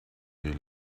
they